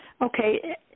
Okay